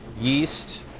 yeast